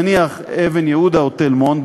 נניח אבן-יהודה או תל-מונד,